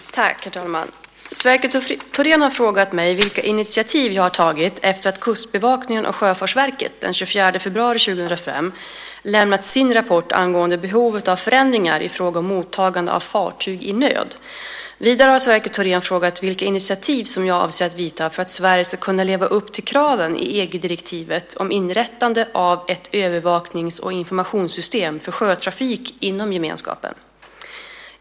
Herr talman! Sverker Thorén har frågat mig vilka initiativ jag har tagit efter att Kustbevakningen och Sjöfartsverket den 24 februari 2005 lämnat sin rapport angående behovet av förändringar i fråga om mottagandet av fartyg i nöd. Vidare har Sverker Thorén frågat vilka initiativ jag avser att vidta för att Sverige ska kunna leva upp till kraven i EG-direktivet om inrättande av ett övervaknings och informationssystem för sjötrafik i gemenskapen.